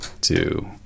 two